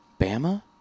Bama